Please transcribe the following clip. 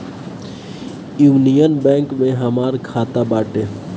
union Bank में हमार खाता बाटे